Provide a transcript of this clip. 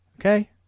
Okay